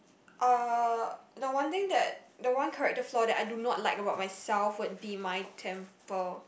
uh the one thing that the one character flaw that I do not like about myself would be my temper